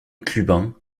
clubin